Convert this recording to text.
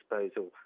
disposal